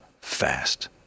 fast